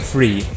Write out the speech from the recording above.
Free